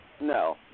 No